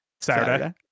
Saturday